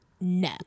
no